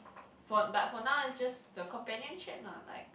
for but for now it's just the companionship lah like